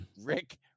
Rick